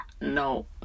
no